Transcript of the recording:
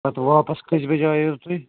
پَتہٕ واپس کٔژِ بَجہِ آییوُ تُہۍ